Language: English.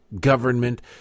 government